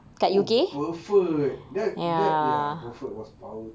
oh buffet that that buffet was power